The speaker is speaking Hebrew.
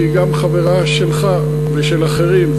שהיא גם חברה שלך ושל אחרים,